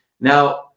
Now